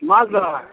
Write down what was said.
Maldah